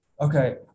okay